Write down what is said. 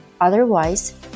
Otherwise